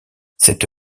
cette